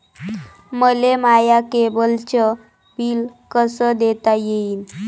मले माया केबलचं बिल कस देता येईन?